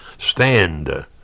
Stand